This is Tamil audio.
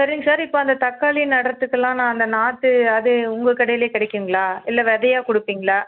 சரிங்க சார் இப்போ அந்த தக்காளி நடுறதுக்குலாம் நான் அந்த நாற்று அது உங்கள் கடையில் கிடைக்குங்களா இல்லை விதையா கொடுப்பிங்களா